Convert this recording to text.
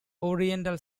oriental